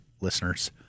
listeners